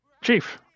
Chief